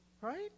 Right